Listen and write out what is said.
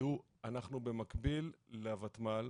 לדעתי, הוותמ"ל,